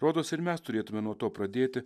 rodos ir mes turėtume nuo to pradėti